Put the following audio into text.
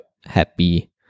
happy